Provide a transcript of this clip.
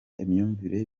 imyumvire